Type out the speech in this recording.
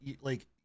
like-